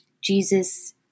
Jesus